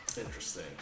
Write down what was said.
Interesting